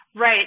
Right